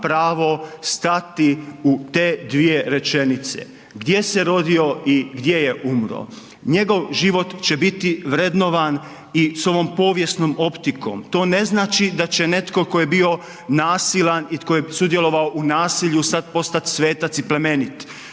pravo stati u te dvije rečenice, gdje se rodio i gdje je umro. Njegov život će biti vrednovan i s ovim povijesnom optikom, to ne znači, da je netko tko je bio nasilan i tko je sudjelovao u nasilju sada postati svetac i plemenit.